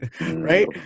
Right